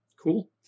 cool